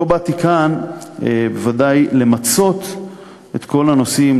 לא באתי לכאן בוודאי למצות את כל הנושאים,